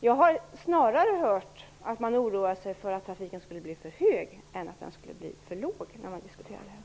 Jag har hört att man snarare oroar sig för att trafikens omfattning blir för stor än att den blir för liten när man diskuterar detta.